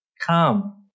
come